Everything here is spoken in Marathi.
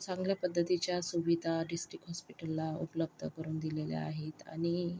चांगल्या पद्धतीच्या सुविधा डिस्ट्रिक्ट हॉस्पिटलला उपलब्ध करून दिलेल्या आहेत आणि